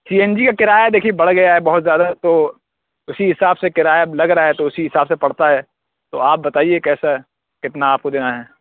سی N G کا کرایہ دیکھیے بڑھ گیا ہے بہت زیادہ تو اسی حساب سے کرایہ لگ رہا ہے تو اسی حساب سے پڑتا ہے تو آپ بتائیے کیسا کتنا آپ کو دینا ہے